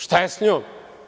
Šta je sa njom?